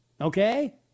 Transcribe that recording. Okay